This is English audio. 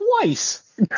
twice